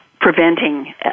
preventing